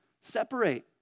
separate